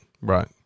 Right